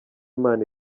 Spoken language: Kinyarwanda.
imana